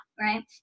right